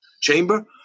Chamber